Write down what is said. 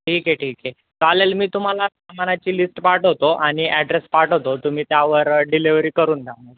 ठीक आहे ठीक आहे चालेल मी तुम्हाला सामानाची लिस्ट पाठवतो आणि ॲड्रेस पाठवतो तुम्ही त्यावर डिलेवरी करून द्या मग